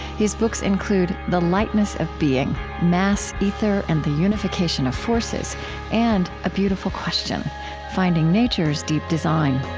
his books include the lightness of being mass, ether, and the unification of forces and a beautiful question finding nature's deep design.